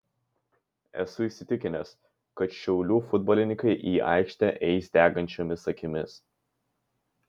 esu įsitikinęs kad šiaulių futbolininkai į aikštę eis degančiomis akimis